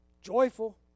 joyful